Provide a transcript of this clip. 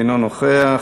אינו נוכח,